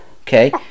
okay